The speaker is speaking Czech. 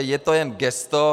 Je to jen gesto.